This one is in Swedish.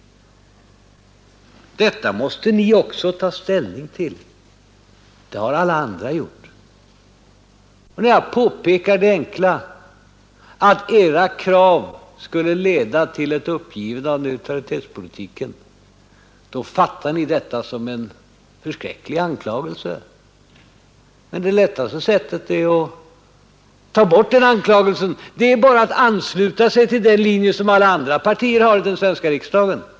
Detta måste ni också ta ställning till. Det har alla andra gjort. När jag påpekar det enkla faktum att era krav skulle leda till ett uppgivande av neutralitetspolitiken, uppfattar ni detta som en förskräcklig anklagelse. Det lättaste sättet att ta bort den anklagelsen är att ansluta sig till den linje som alla andra partier har i den svenska riksdagen.